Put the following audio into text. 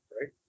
right